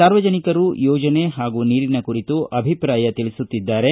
ಸಾರ್ವಜನಿಕರೂ ಯೋಜನೆ ಹಾಗೂ ನೀರಿನ ಕುರಿತು ಅಭಿಪ್ರಾಯ ತಿಳಿಸುತ್ತಿದ್ದಾರೆ